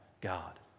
God